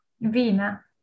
Vina